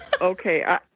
Okay